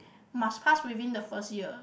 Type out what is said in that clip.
must pass within the first year